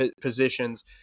positions